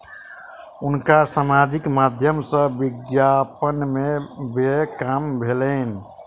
हुनका सामाजिक माध्यम सॅ विज्ञापन में व्यय काम भेलैन